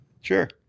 Sure